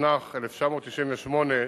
התשנ"ח 1998,